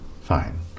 Fine